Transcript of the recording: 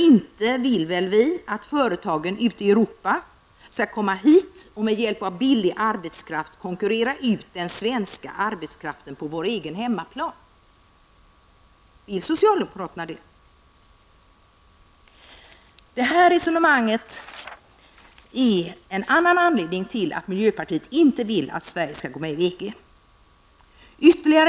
Inte vill vi väl att företagen ute i Europa skall komma hit och med hjälp av billig arbetskraft och konkurrera ut den svenska arbetskraften på vår egen hemmaplan? Vill socialdemokraterna det? Detta resonemang är en av anledningarna till att miljöpartiet inte vill att Sverige går med i EG.